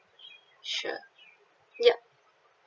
sure ya